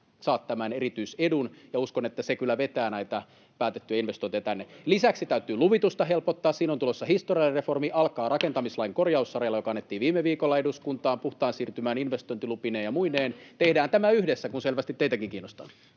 saat tämän erityisedun. Uskon, että se kyllä vetää näitä päätetty investointeja tänne. [Timo Harakka: Kolmen vuoden päästä!] Lisäksi täytyy luvitusta helpottaa. Siinä on tulossa historiallinen reformi: se alkaa rakentamislain korjaussarjalla, joka annettiin viime viikolla eduskuntaan puhtaan siirtymän investointilupineen ja muineen. Tehdään tämä yhdessä, kun selvästi teitäkin kiinnostaa.